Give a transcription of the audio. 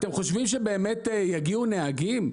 אתם חושבים שבאמת יגיעו נהגים?